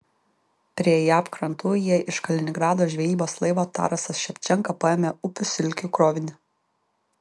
prie jav krantų jie iš kaliningrado žvejybos laivo tarasas ševčenka paėmė upių silkių krovinį